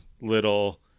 little